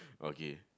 okay